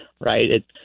right